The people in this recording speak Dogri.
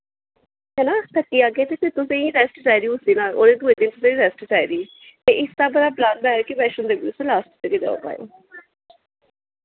हैना थक्की जागे ते फ्ही तुसें रैस्ट चाहिदी उस दिन ओह्दे थोह्ड़े दिन तुसें रैस्ट चाहिदी ते इस स्हाबै दा प्लान बनाओ कि वैश्णो देवी तुसें लास्ट च गै जाओ पाओ